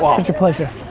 ah such a pleasure.